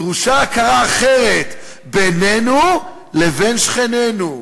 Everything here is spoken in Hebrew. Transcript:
דרושה הכרה אחרת בינינו לבין שכנינו,